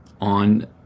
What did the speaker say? on